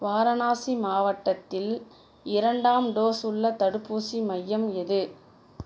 வாரணாசி மாவட்டத்தில் இரண்டாம் டோஸ் உள்ள தடுப்பூசி மையம் எது